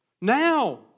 now